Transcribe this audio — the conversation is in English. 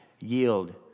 yield